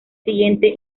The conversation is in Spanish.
siguientes